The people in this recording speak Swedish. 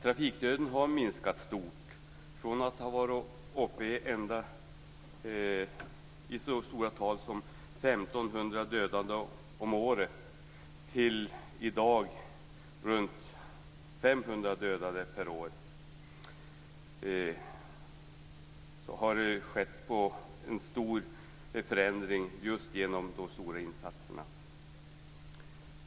Trafikdöden har minskat kraftigt från att ha varit uppe i så höga tal som 1 500 dödade om året till i dag runt 500 dödade per år. Denna stora förändring har skett just genom de stora insatserna.